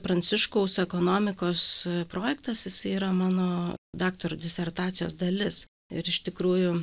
pranciškaus ekonomikos projektas jisai yra mano daktaro disertacijos dalis ir iš tikrųjų